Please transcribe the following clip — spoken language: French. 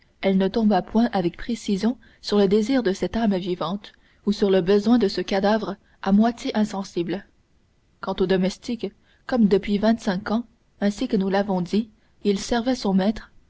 elle ne tombât point avec précision sur le désir de cette âme vivante ou sur le besoin de ce cadavre à moitié insensible quant au domestique comme depuis vingt-cinq ans ainsi que nous l'avons dit il servait son maître